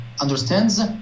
understands